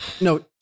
No